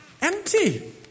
Empty